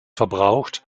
verbraucht